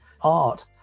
art